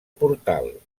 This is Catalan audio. portal